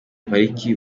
pariki